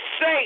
say